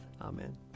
Amen